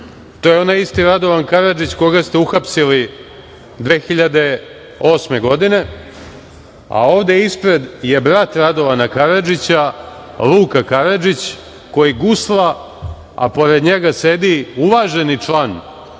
To je onaj isti Radovan Karadžić koga ste uhapsili 2008. godine, a ovde ispred je brat Radovana Karadžića, Luka Karadžić, koji gusla, a pored njega sedi uvaženi član